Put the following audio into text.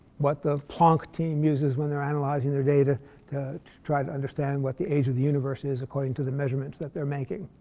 what the planck team uses when they're analyzing their data to try to understand what the age of universe is according to the measurements that they're making.